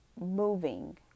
moving